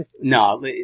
no